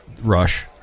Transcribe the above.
Rush